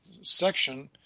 section